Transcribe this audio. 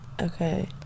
Okay